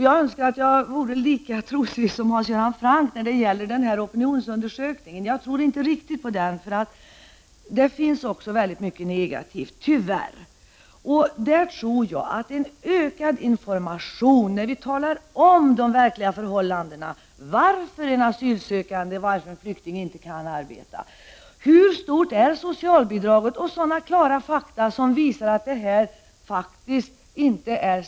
Jag önskar att jag skulle kunna vara lika trosviss som Hans Göran Franck när det gäller den här opinionsundersökningen, men jag tror inte riktigt på den. Det finns tyvärr mycket som är negativt. Vi bör gå ut med mera information, där vi redogör för de verkliga förhållandena och lämnar klara fakta som visar att det faktiskt inte är så mycket att prata om. Det är bl.a. varför asylsökande och flyktingar inte kan arbeta och hur stort socialbidraget är.